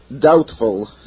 doubtful